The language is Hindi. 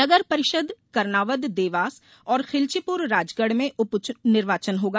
नगर परिषद करनावद देवास और खिलचीपुर राजगढ़ में उप निर्वाचन होगा